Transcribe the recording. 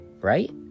right